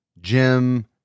Jim